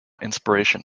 inspiration